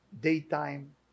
daytime